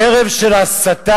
ערב של הסתה.